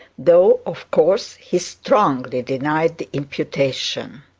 though, of course, he strongly denied the imputation.